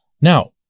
Now